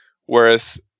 whereas